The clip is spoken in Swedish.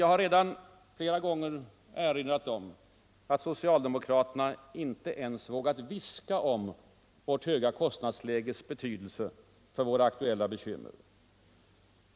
Jag har redan flera gånger erinrat om att socialdemokraterna inte ens vågat viska om vårt höga kostnadsläges betydelse för våra aktuella bekymmer.